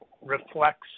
reflects